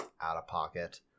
out-of-pocket